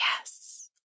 yes